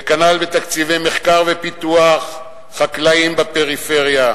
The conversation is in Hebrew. כנ"ל בתקציבי מחקר ופיתוח, חקלאים בפריפריה.